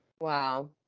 Wow